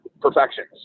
perfections